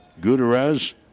Gutierrez